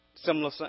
Similar